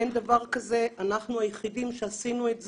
אין דבר כזה, אנחנו היחידים שעשיו את זה.